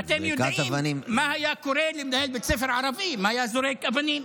ואתם יודעים מה היה קורה למנהל בית ספר ערבי אם היה זורק אבנים.